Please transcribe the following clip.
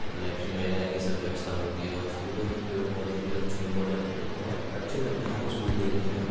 और लैट्रीन वगैरह की सब व्यवस्था हो गई है और स्कूलों में पेड़ पौधों भी लग चुके हैं अच्छे बहुत अच्छे लगते हैं वो स्कूल देखने में